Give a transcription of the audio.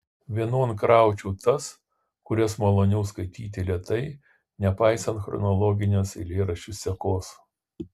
vienon kraučiau tas kurias maloniau skaityti lėtai nepaisant chronologinės eilėraščių sekos